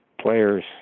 players